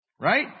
Right